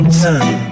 time